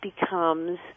becomes